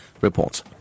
reports